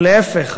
להפך,